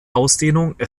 ausdehnung